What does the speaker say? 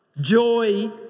joy